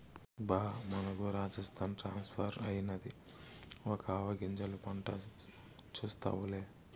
బా మనకు రాజస్థాన్ ట్రాన్స్ఫర్ అయినాది ఇక ఆవాగింజల పంట చూస్తావులే